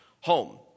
home